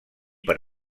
per